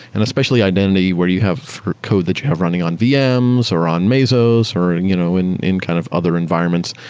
and especially identity where you have code that you have running on vms, or on mesos, or and you know in in kind of other environments.